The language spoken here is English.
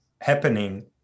happening